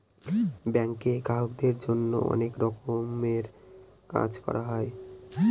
ব্যাঙ্কে গ্রাহকদের জন্য অনেক রকমের কাজ করা হয়